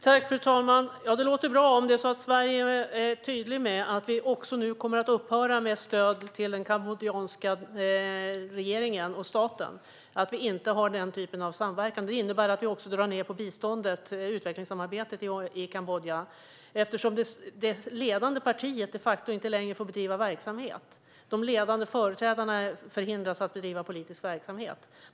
Fru talman! Det låter bra om Sverige är tydligt med att vi nu kommer att upphöra med stöd till den kambodjanska regeringen och staten och att vi inte har den typen av samverkan. Det innebär att vi också drar ned på biståndet och utvecklingssamarbetet i Kambodja, eftersom det ledande partiet och dess företrädare de facto förhindras att bedriva politisk verksamhet.